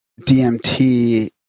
DMT